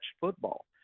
football